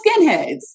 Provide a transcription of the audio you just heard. skinheads